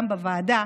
גם בוועדה,